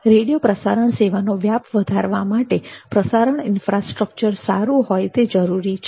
radio પ્રસારણ સેવાનો વ્યાપ વધારવા માટે પ્રસારણ ઈન્ફ્રાસ્ટ્રક્ચર સારું હોય તે જરૂરી છે